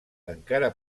encara